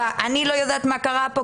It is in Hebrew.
אני לא יודעת מה קרה פה,